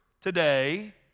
today